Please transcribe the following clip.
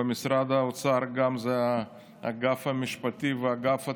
במשרד האוצר זה גם האגף המשפטי ואגף התקציבים,